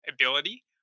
ability